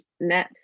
net